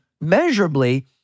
measurably